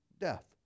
death